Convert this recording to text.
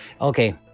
okay